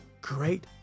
great